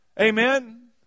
Amen